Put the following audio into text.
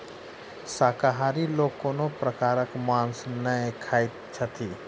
शाकाहारी लोक कोनो प्रकारक मौंस नै खाइत छथि